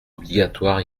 obligatoires